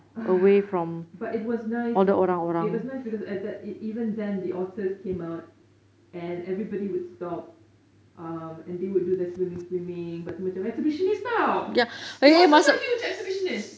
uh but it was nice it was nice because at then even then the otters came out and everybody would stop um and they would do their swimming swimming but tu macam exhibitionist [tau] the otters are huge exhibitionists